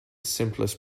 simplest